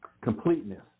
completeness